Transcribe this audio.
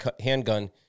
handgun